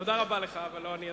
תודה רבה לך, אבל אני לא הסיפור.